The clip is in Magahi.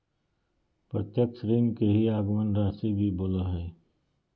प्रत्यक्ष ऋण के ही आगमन राशी भी बोला हइ